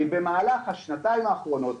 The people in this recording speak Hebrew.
במהלך השנתיים האחרונות,